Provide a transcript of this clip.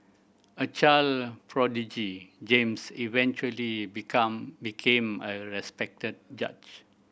a child prodigy James eventually become became a respected judge